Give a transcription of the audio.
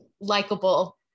likable